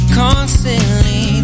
constantly